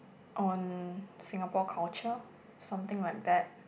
on Singapore culture something like that